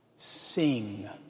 Sing